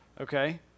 Okay